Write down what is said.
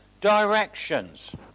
directions